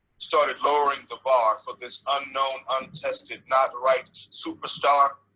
started lowering the bar for this unknown, untested not right superstar.